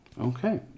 Okay